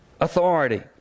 authority